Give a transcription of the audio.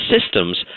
systems